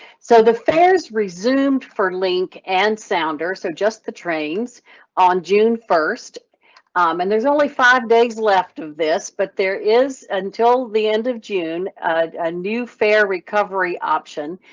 so the fares resumed for link and sounder. so just the trains on june first um and there's only five days left of this. but there is until the end of june and ah new fare recovery option.